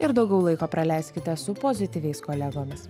ir daugiau laiko praleiskite su pozityviais kolegomis